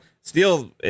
Steel